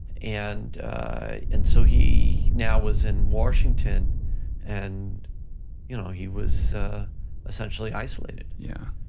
and and so he now was in washington and you know he was essentially isolated. yeah.